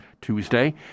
Tuesday